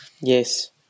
Yes